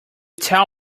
tell